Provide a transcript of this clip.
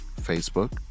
Facebook